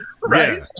right